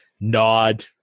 nod